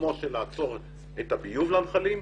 כמו לעצור את הביוב לנחלים,